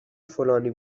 فلانی